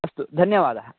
अस्तु धन्यवादः